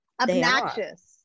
obnoxious